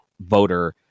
voter